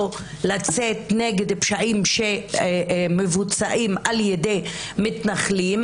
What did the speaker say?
לצאת נגד פשעים שמבוצעים על ידי מתנחלים,